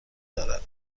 دارد